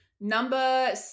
Number